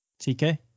TK